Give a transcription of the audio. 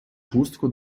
хустку